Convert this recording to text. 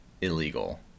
illegal